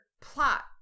plot